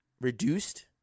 reduced